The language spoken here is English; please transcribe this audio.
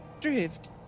Drift